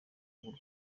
bw’u